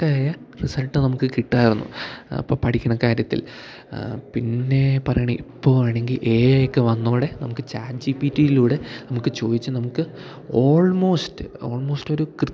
പക്കയായ result നമുക്ക് കിട്ടുമായിരുന്നു അപ്പം പഠിക്കുന്ന കാര്യത്തിൽ പിന്നെ പറയുന്നത് ഇപ്പോൾ വേണമെങ്കിൽ എ ഐ ഒക്കെ വന്നതോടെ നമുക്ക് ചാറ്റ് ജി പി ടിയിലൂടെ നമുക്ക് ചോദിച്ചു നമുക്ക് ഓൾമോസ്റ്റ് ഓൾമോസ്റ്റ് ഒരു